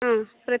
ആ